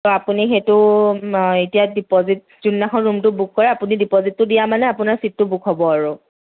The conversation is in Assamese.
ত' আপুনি সেইটো এতিয়া ডিপ'জিত যোনদিনাখন ৰুমটো বুক কৰে আপুনি ডিপ'জিটটো দিয়া মানে আপোনাৰ চিটটো বুক হ'ব আৰু